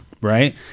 right